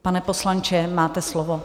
Pane poslanče, máte slovo.